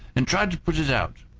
and tried to put it out.